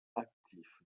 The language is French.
actif